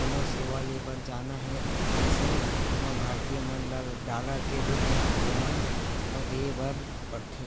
कोनो सेवा ले बर जाना हे अइसन म भारतीय मन ल डॉलर के रुप म ओमन ल देय बर परथे